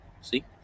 See